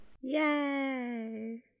Yay